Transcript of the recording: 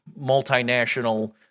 multinational